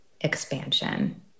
expansion